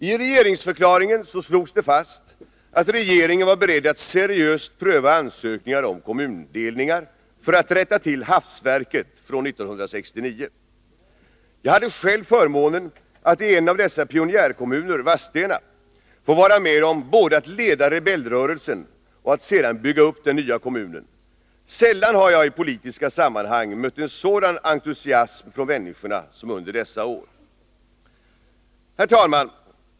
I regeringsförklaringen slogs det fast, att regeringen var beredd att seriöst pröva ansökningar om kommundelningar för att rätta till hafsverket från 1969. Jag hade själv förmånen att i en av dessa pionjärkommuner, Vadstena, få vara med om både att leda rebellrörelsen och att sedan bygga upp den nya kommunen. Sällan har jag i politiska sammanhang mött en sådan entusiasm från människorna som under dessa år. Herr talman!